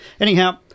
Anyhow